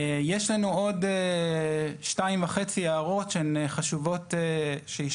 יש לנו עוד שתיים וחצי הערות שחשוב שיישמעו.